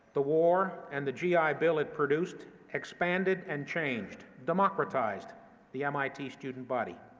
the war and the gi bill it produced expanded and changed, democratized the mit student body.